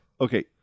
Okay